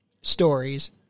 stories